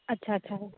ਅੱਛਾ ਅੱਛਾ